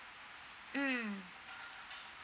mm